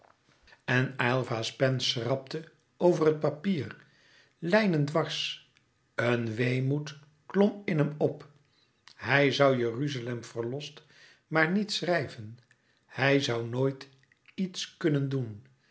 voorbij en aylva's pen schrapte over het papier lijnen dwars een weemoed klom in hem op hij zoû jeruzalem verlost maar niet schrijven hij zoû nooit iets kunnen doen